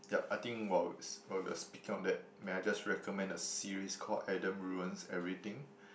yup I think while it's while we're speaking on that may I just recommend a series called Adam Ruins Everything